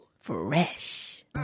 Fresh